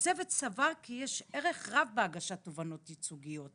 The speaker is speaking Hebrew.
"הצוות סבר כי יש ערך רב בהגשת תובענות ייצוגיות".